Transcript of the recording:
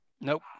Nope